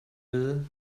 will